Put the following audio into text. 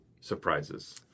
surprises